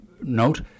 note